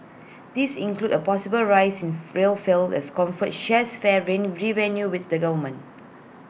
these include A possible rise in rail fares as comfort shares fare revenue with the government